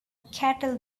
cattle